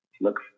look